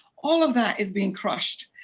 all of that is being crushed,